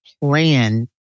plan